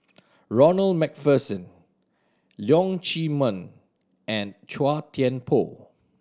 Ronald Macpherson Leong Chee Mun and Chua Thian Poh